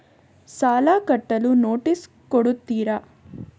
ಸಾಲ ಕಟ್ಟಲು ನೋಟಿಸ್ ಕೊಡುತ್ತೀರ?